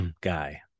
guy